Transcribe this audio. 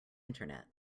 internet